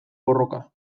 borroka